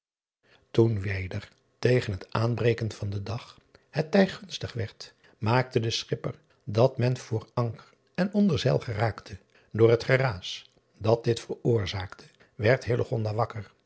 oen weder tegen het aanbreken van den dag het tij gunstig werd maakte de schipper dat men van voor anker en onder zeil geraakte oor het geraas dat dit veroorzaakte werd wakker